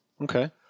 Okay